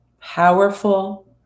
powerful